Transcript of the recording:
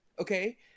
Okay